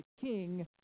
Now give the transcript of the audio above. king